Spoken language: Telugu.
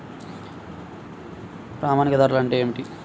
ప్రామాణిక ధరలు అంటే ఏమిటీ?